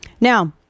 Now